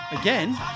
again